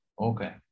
Okay